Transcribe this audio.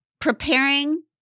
preparing